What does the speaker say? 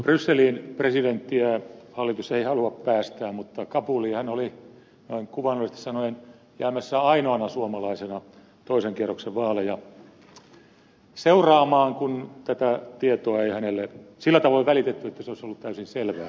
brysseliin presidenttiä hallitus ei halua päästää mutta kabuliin hän oli noin kuvaannollisesti sanoen jäämässä ainoana suomalaisena toisen kierroksen vaaleja seuraamaan kun tätä tietoa ei hänelle sillä tavoin välitetty että se olisi ollut täysin selvää